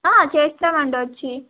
చేస్తామండి వచ్చి